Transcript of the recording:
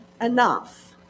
enough